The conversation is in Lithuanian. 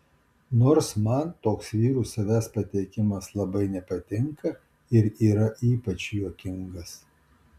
nors man toks vyrų savęs pateikimas labai nepatinka ir yra ypač juokingas